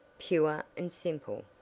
pure and simple.